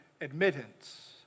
admittance